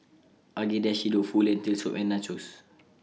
Agedashi Dofu Lentil Soup and Nachos